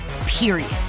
period